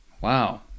Wow